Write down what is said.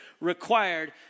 required